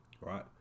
Right